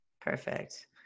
Perfect